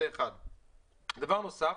הדבר הנוסף.